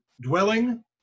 dwelling